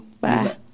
bye